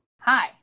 Hi